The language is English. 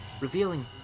revealing